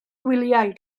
gwyliau